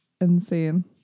insane